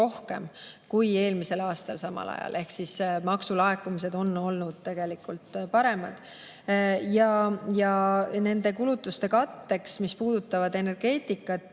rohkem kui eelmisel aastal samal ajal, ehk maksulaekumised on olnud paremad. Nende kulutuste katteks, mis puudutavad energeetikat,